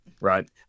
right